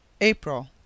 April